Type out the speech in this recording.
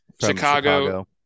Chicago